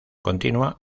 continua